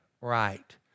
right